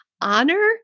honor